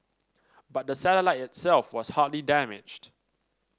but the satellite itself was hardly damaged